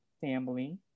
family